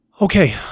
Okay